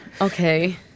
Okay